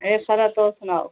एह् खरा तुस सनाओ